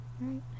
Right